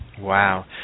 Wow